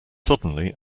suddenly